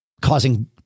Causing